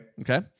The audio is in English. Okay